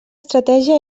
estratègia